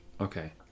Okay